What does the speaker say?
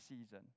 season